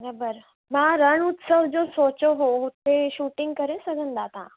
मां रण उत्सव जो सोचियो हो हुते शूटिंग करे सघंदा तव्हां